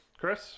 Chris